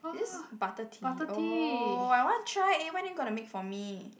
this butter tea oh I want try eh when you gonna make for me